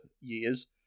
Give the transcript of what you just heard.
years